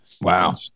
Wow